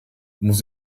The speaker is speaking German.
muss